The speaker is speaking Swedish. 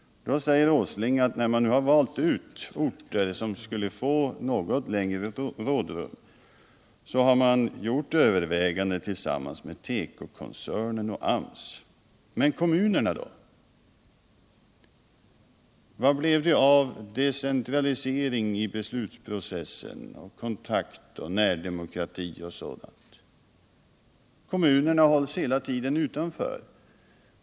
Då säger herr Åsling att när man nu har valt ut orter som skulle få något längre rådrum, har man gjort överväganden tillsammans med tekokoncernen och AMS. Men kommunerna? Vad blev det av decentralisering i beslutsprocessen, kontakt, närdemokrati osv.? Kommunerna hålls hela tiden utanför.